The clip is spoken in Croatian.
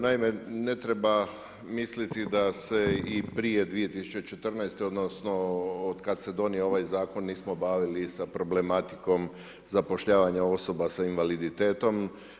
Naime, ne treba misliti da se i prije 2014. odnosno, od kada se donio ovaj zakon nismo bavili i sa problematikom zapošljavanja osoba s invaliditetom.